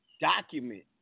document